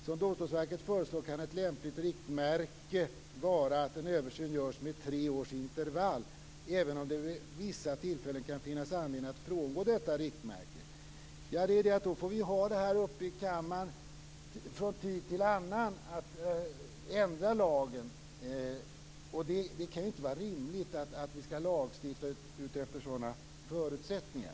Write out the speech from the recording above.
Som Domstolsverket föreslår kan ett lämpligt riktmärke vara att en översyn görs med tre års intervall även om det vid vissa tillfällen kan finnas anledning att frångå detta riktmärke." Då får vi ta upp detta i kammaren från tid till annan och ändra lagen. Det kan inte vara rimligt att vi skall lagstifta efter sådana förutsättningar.